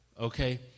Okay